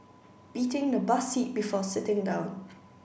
beating the bus seat before sitting down